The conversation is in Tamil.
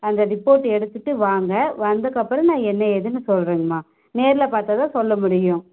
அந்த ரிப்போர்ட் எடுத்துகிட்டு வாங்க வந்ததுக்கப்பறம் நான் என்ன ஏதுன்னு சொல்கிறேங்கம்மா நேரில் பார்த்தா தான் சொல்ல முடியும்